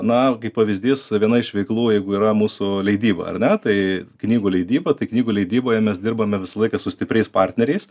na kaip pavyzys viena iš veiklų jeigu yra mūsų leidyba ar ne tai knygų leidyba tai knygų leidyboje mes dirbame visą laiką su stipriais partneriais